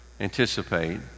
anticipate